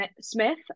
Smith